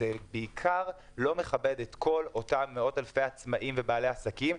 זה בעיקר לא מכבד את כל אותם מאות אלפי עצמאים ובעלי עסקים,